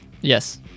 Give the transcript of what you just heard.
Yes